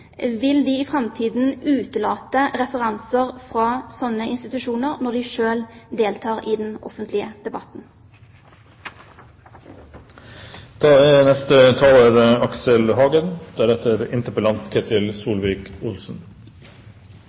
Vil de i framtiden utelate referanser fra slike institusjoner når de selv deltar i den offentlige debatten?